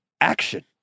Action